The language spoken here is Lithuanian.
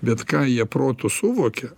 bet ką jie protu suvokia